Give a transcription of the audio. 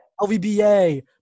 LVBA